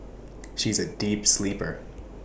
she is A deep sleeper